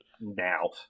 now